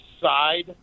Side